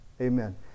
Amen